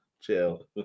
chill